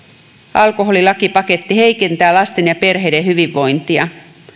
alkoholilakipaketti heikentää lasten ja perheiden hyvinvointia